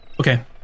Okay